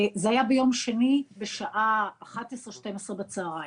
זה היה ביום שני בשעה 11:00-12:00 בצהריים.